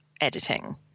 editing